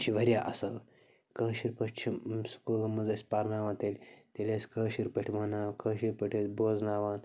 یہِ چھِ واریاہ اَصٕل کٲشِر پٲٹھۍ چھِ یِم سکوٗلن منٛز أسۍ پَرناوان تیٚلہِ تیٚلہِ ٲسۍ کٲشِر پٲٹھۍ وَنان کٲشِر پٲٹھۍ ٲسی بوزناوان